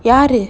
யாரு:yaru